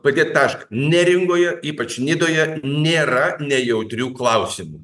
padėt tašką neringoje ypač nidoje nėra nejautrių klausimų